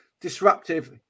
disruptive